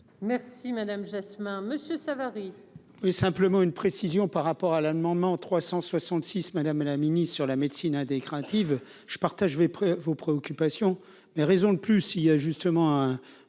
Merci madame Jasmin Monsieur Savary.